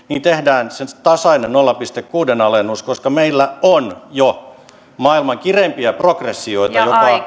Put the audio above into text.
tehdään tasainen nolla pilkku kuuden alennus koska meillä on jo yksi maailman kireimpiä progressioita